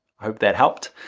hope that helped.